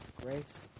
grace